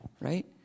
Right